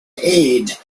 aid